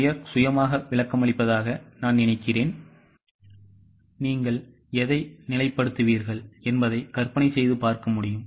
பெயர் சுயமாக விளக்கமளிப்பதாக நான் நினைக்கிறேன் நீங்கள் எதை நிலைப்படுத்துவீர்கள் என்பதை கற்பனை செய்து பார்க்க முடியும்